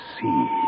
see